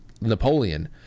Napoleon